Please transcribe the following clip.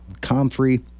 comfrey